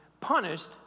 punished